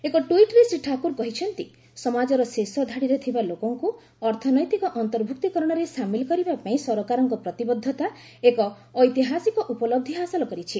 ଏକ ଟ୍ପିଟ୍ରେ ଶ୍ରୀ ଠାକୁର କହିଛନ୍ତି ସମାଜର ଶେଷ ଧାଡ଼ିରେ ଥିବା ଲୋକଙ୍କୁ ଅର୍ଥନୈତିକ ଅନ୍ତର୍ଭୁକ୍ତିକରଣରେ ସାମିଲ କରିବା ପାଇଁ ସରକାରଙ୍କ ପ୍ରତିବଦ୍ଧତା ଏକ ଐତିହାସିକ ଉପଲବ୍ଧି ହାସଲ କରିଛି